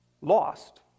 lost